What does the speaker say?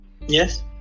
yes